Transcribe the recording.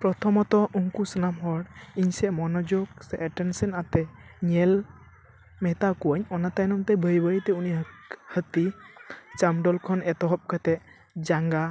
ᱯᱨᱚᱛᱷᱚᱢᱚᱛᱚ ᱩᱱᱠᱩ ᱥᱟᱱᱟᱢ ᱦᱚᱲ ᱤᱧ ᱥᱮᱝ ᱢᱚᱱᱳᱡᱳᱜᱽ ᱥᱮ ᱮᱴᱮᱱᱥᱮᱱ ᱟᱛᱮᱫ ᱧᱮᱞ ᱢᱮᱛᱟ ᱠᱚᱣᱟᱧ ᱚᱱᱟ ᱛᱟᱭᱱᱚᱢ ᱛᱮ ᱵᱟᱹᱭ ᱵᱟᱹᱭ ᱛᱮ ᱩᱱᱤ ᱦᱟᱹᱛᱤ ᱪᱟᱸᱰᱵᱚᱞ ᱠᱷᱚᱱ ᱮᱛᱚᱦᱚᱵ ᱠᱟᱛᱮᱫ ᱡᱟᱸᱜᱟ